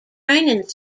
training